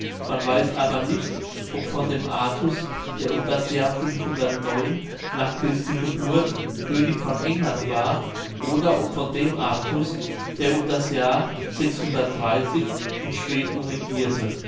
man weiß aber nicht ob von dem artus der um das jahr nach christi geburt könig von england war oder ob von dem artus der um das jahr in schweden regierte